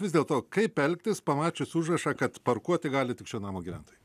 vis dėlto kaip elgtis pamačius užrašą kad parkuoti gali tik šio namo gyventojai